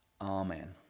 amen